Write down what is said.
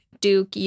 duke